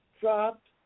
dropped